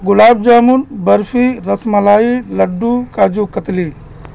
گلاب jamun barfi ras malai laddu kaju katli